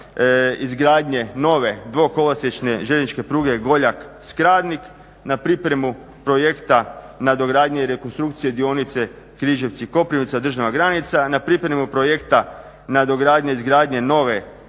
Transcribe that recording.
izgradnje nove dvokolosječne željezničke pruge Goljak-Skradnik, na pripremu projekta nadogradnje i rekonstrukcije dionice Križevci-Koprivnica, državna granica, na pripremu projekta nadogradnje i izgradnje nove